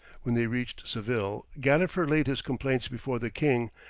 when they reached seville, gadifer laid his complaints before the king,